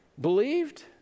believed